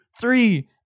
three